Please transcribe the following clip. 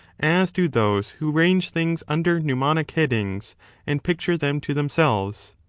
as do those who range things under mnemonic headings and picture them to themselves.